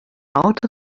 out